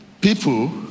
people